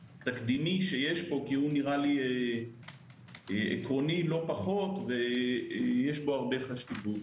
התקדימי שיש פה כי הוא נראה לי עקרוני לא פחות ויש בו הרבה חשיבות.